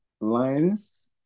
Linus